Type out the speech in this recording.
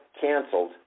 canceled